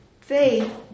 faith